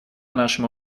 нашему